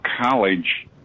college